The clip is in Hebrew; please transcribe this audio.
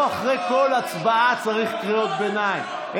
לא אחרי כל הצבעה צריך קריאות ביניים.